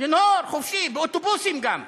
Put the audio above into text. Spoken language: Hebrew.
לנהור חופשי, באוטובוסים, גם.